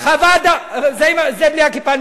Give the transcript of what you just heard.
מה נעשה בלי כיפה?